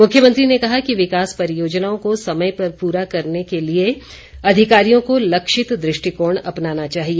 मुख्यमंत्री ने कहा कि विकास परियोजनाओं को समय से पूरा करने के लिए अधिकारियों को लक्षित दृष्टिकोण अपनाना चाहिए